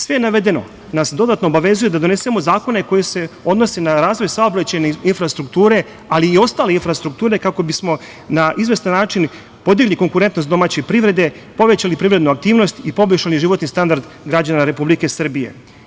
Sve navedeno nas dodatno obavezuje da donesemo zakone koji se odnose na razvoj saobraćajne infrastrukture, ali i ostale infrastrukture, kako bismo na izvestan način podigli konkurentnost domaće privrede, povećali privrednu aktivnost i poboljšali životni standard građana Republike Srbije.